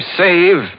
save